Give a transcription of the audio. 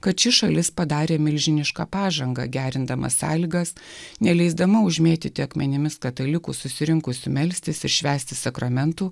kad ši šalis padarė milžinišką pažangą gerindama sąlygas neleisdama užmėtyti akmenimis katalikų susirinkusių melstis ir švęsti sakramentų